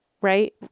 right